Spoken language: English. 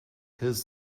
his